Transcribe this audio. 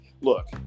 look